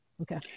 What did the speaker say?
Okay